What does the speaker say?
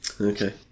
Okay